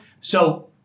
so-